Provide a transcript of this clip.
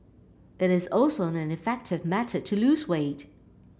it is also an effective method to lose weight